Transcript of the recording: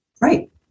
Right